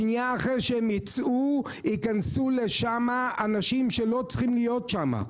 בשנייה לאחר שהם ייצאו ייכנסו לשם אנשים שלא צריכים להיות שם.